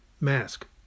Mask